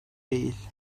değil